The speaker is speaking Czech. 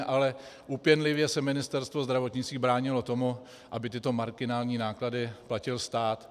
Ale úpěnlivě se Ministerstvo zdravotnictví bránilo tomu, aby tyto marginální náklady platil stát.